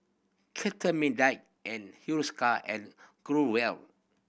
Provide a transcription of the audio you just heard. Cetrimide and Hiruscar and Growell